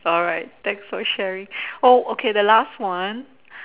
alright thanks for sharing oh okay the last one